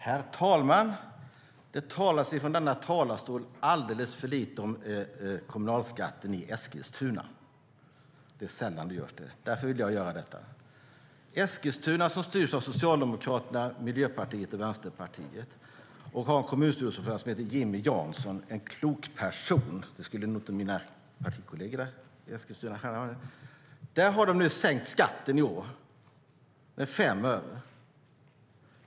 Herr talman! Det talas från denna talarstol alldeles för lite om kommunalskatten i Eskilstuna. Det är sällan det görs, och därför vill jag göra det. Eskilstuna styrs av Socialdemokraterna, Miljöpartiet och Vänsterpartiet och har en kommunstyrelseordförande som heter Jimmy Jansson, som är en klok person. Det skulle nog inte mina partikolleger där säga. Där har man sänkt skatten i år med 5 öre.